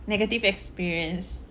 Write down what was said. negative experience